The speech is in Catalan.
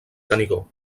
canigó